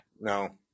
No